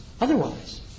otherwise